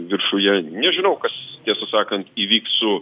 viršuje nežinau kas tiesą sakant įvyks su